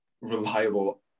reliable